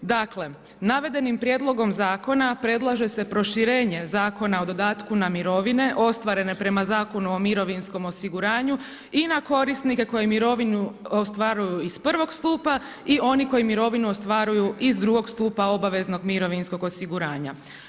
Dakle, navedenim prijedlogom zakona predlaže se proširenje zakona o dodatku na mirovine ostvarene prema Zakona o mirovinskom osiguranju i na korisnike koji mirovinu ostvaruju iz prvog stupa i oni koji mirovinu ostvaruju iz drugog stupa obaveznog mirovinskog osiguranja.